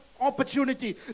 opportunity